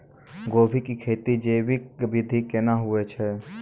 गोभी की खेती जैविक विधि केना हुए छ?